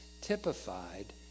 typified